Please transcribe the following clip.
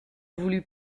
voulut